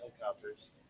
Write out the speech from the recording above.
Helicopters